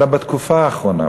אלא בתקופה האחרונה,